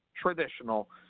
traditional